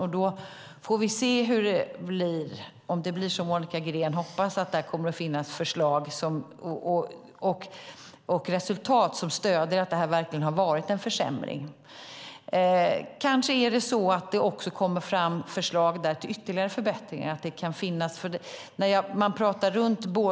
Då får vi se om det blir som Monica Green hoppas, det vill säga att det kommer att finnas resultat som stöder att det verkligen har varit en försämring. Det kommer kanske också fram förslag till ytterligare förbättringar.